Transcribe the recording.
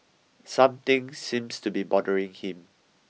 something seems to be bothering him